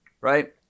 right